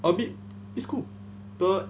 err miss khoo the